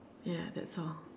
ya that's all